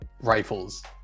rifles